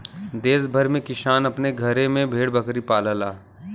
देस भर में किसान अपने घरे में भेड़ बकरी पालला